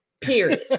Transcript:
Period